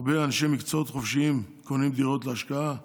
הרבה אנשי מקצועות חופשיים קונים דירות להשקעה,